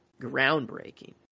groundbreaking